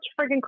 friggin